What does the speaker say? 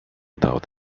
doubt